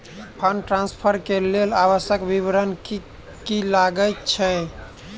Fund transfer केँ लेल आवश्यक विवरण की की लागै छै?